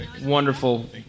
wonderful